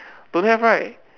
don't have right